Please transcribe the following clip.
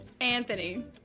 Anthony